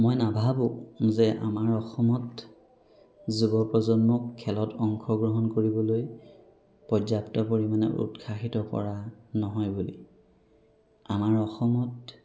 মই নাভাবো যে আমাৰ আসমত যুৱ প্ৰজন্মক খেলত অংশগ্ৰহণ কৰিবলৈ পৰ্যাপ্ত পৰিমাণে উৎসাহিত কৰা নহয় বুলি আমাৰ অসমত